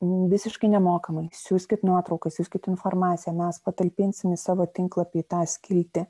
visiškai nemokamai siųskit nuotraukas siųskite informaciją mes patalpinsim į savo tinklapį tą skiltį